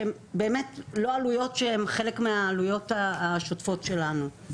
שהן באמת לא עלויות שהן חלק מהעלויות השוטפות שלנו.